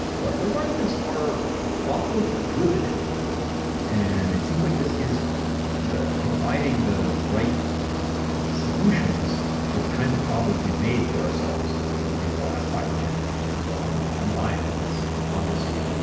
but those arguments are awfully good and it seems like this is providing the right solutions to the kinds of problems we've made for ourselves in the last five or ten years. so i'm um buying it, and it's fun to see.